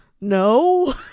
no